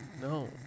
No